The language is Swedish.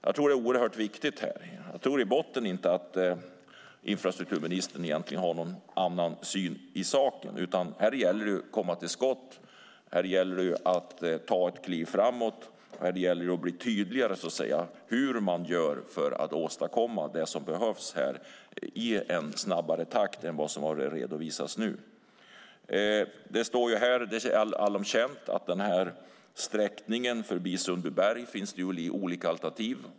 Jag tror egentligen inte att infrastrukturministern i grunden har någon annan syn på saken, utan här gäller det att komma till skott och ta ett kliv framåt och bli tydligare med hur man gör för att åstadkomma det som behövs i en snabbare takt än vad som har redovisats nu. Det står här och är allom känt att för sträckningen förbi Sundbyberg finns det olika alternativ.